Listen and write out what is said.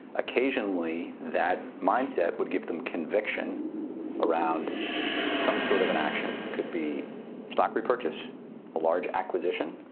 occasionally, that mindset would give them conviction around some sort of an action. it could be stock repurchase, a large acquisition,